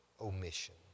omission